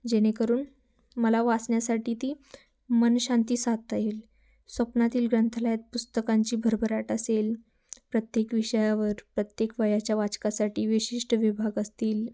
जेणेकरून मला वाचण्यासाठी ती मनशांती साधता येईल स्वप्नातील ग्रंथालयात पुस्तकांची भरभराट असेल प्रत्येक विषयावर प्रत्येक वयाच्या वाचकासाठी विशिष्ट विभाग असतील